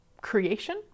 creation